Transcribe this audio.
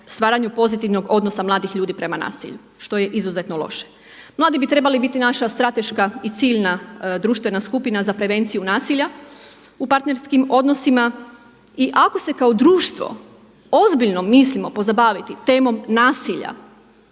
stvaranju pozitivnog odnosa mladih ljudi prema nasilju što je izuzetno loše. Mladi bi trebali biti naša strateška i ciljna društvena skupina za prevenciju nasilja u partnerskim odnosima i ako se kao društvo ozbiljno mislim pozabaviti temom nasilja